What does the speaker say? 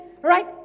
Right